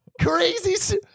Crazy